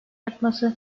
artması